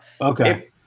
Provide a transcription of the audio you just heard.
Okay